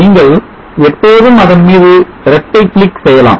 நீங்கள் எப்போதும் அதன் மீது இரட்டை click செய்யலாம்